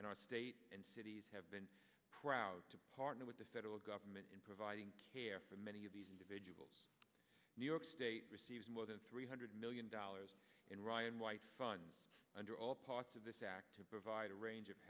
in our state and cities have been proud to partner with the federal government in providing care for many of these individuals new york state receives more than three hundred million dollars in ryan white fun under all parts of this act to provide a range of